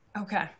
Okay